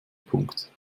punkt